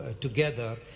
together